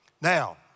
Now